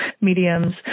mediums